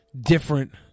different